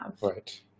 right